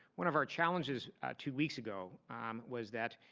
one of our challenges two weeks ago was that